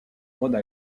rhode